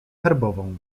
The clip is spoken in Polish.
herbową